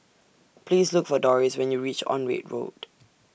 Please Look For Dorris when YOU REACH Onraet Road